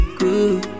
good